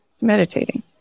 Meditating